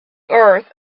earth